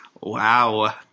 Wow